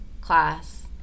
class